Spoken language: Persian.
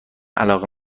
علاقه